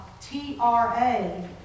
T-R-A